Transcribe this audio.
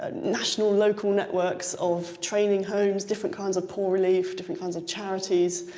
ah national, local networks of training homes, different kinds of poor relief, different kinds of charities.